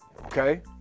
Okay